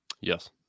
Yes